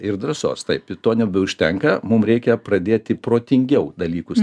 ir drąsos taip ir to nebeužtenka mum reikia pradėti protingiau dalykus